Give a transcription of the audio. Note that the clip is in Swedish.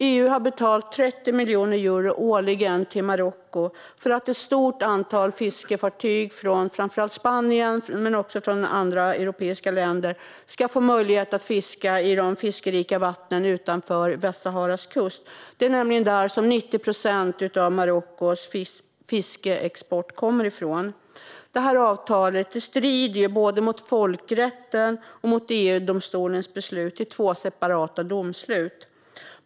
EU har betalat 30 miljoner euro årligen till Marocko för att ett stort antal fiskefartyg framför allt från Spanien men också från andra europeiska länder ska få möjlighet att fiska i de fiskrika vattnen utanför Västsaharas kust. Det är nämligen därifrån som 90 procent av Marockos fiskeexport kommer. Detta avtal strider både mot folkrätten och mot EU-domstolens beslut i två separata domslut.